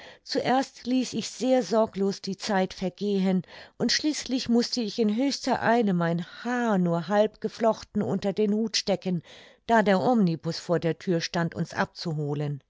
zuerst ließ ich sehr sorglos die zeit vergehen und schließlich mußte ich in höchster eile mein haar nur halb geflochten unter den hut stecken da der omnibus vor der thür stand uns abzuholen